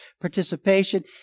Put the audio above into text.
participation